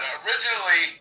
originally